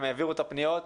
הם העבירו את הפניות,